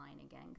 again